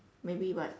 maybe what